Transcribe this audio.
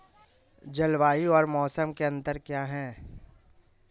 जलवायु और मौसम में अंतर क्या है?